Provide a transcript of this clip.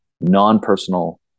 non-personal